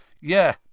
Yeah